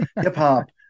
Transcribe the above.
hip-hop